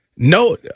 No